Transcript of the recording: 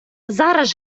зараз